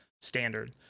standard